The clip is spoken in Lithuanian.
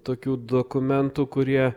tokių dokumentų kurie